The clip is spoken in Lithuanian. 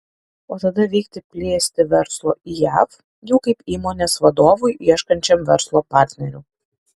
o tada vykti plėsti verslo į jav jau kaip įmonės vadovui ieškančiam verslo partnerių